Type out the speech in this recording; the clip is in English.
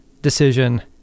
decision